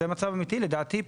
לדעתי,